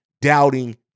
doubting